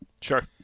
Sure